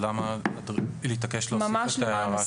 למה להתעקש להוסיף את ההערה?